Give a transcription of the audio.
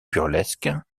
burlesque